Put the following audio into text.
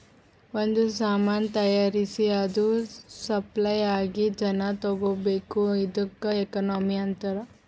ಒಂದ್ ಸಾಮಾನ್ ತೈಯಾರ್ಸಿ ಅದು ಸಪ್ಲೈ ಆಗಿ ಜನಾ ತಗೋಬೇಕ್ ಇದ್ದುಕ್ ಎಕನಾಮಿ ಅಂತಾರ್